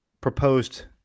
proposed